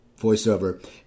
voiceover